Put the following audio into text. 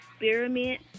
experiment